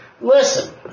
Listen